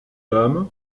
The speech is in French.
dame